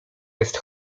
jest